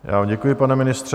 Já vám děkuji, pane ministře.